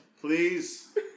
Please